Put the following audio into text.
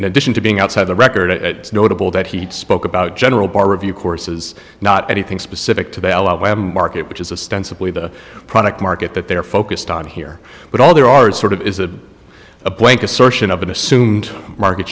in addition to being outside the record it notable that he spoke about general bar review courses not anything specific to bail out market which is a stance simply the product market that they're focused on here but all there are sort of is a blank assertion of an assumed market